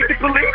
police